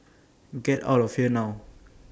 get out of here now